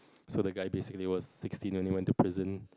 so the guy basically was sixteen and he went to prison